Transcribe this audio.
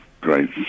great